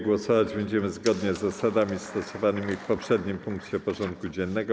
Głosować będziemy zgodnie z zasadami stosowanymi w poprzednim punkcie porządku dziennego.